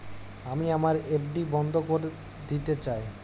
আমি আমার এফ.ডি বন্ধ করে দিতে চাই